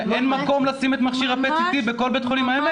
אין מקום לשים את מכשיר ה- PET-CT בכל בית חולים העמק?